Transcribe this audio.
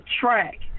track